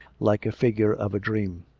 like a figure of a dream.